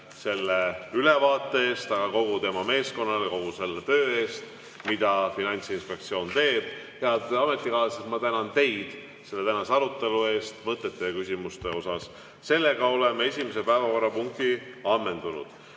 selle ülevaate eest, aga kogu tema meeskonnale selle töö eest, mida Finantsinspektsioon teeb. Head ametikaaslased, ma tänan teid selle tänase arutelu eest, mõtete ja küsimuste eest. Oleme esimese päevakorrapunkti ammendanud.